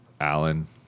Allen